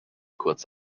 kurz